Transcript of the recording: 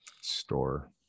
Store